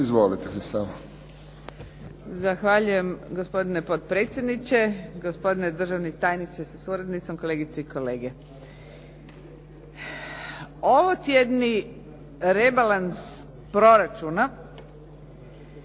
dozvolite mi samo